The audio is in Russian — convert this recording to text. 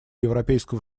европейского